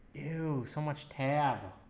you know so much tab